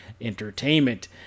entertainment